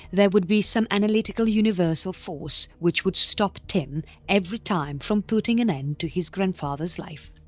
there would be some analytical universal force which would stop tim every time from putting an end to his grandfather's life.